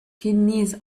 kidneys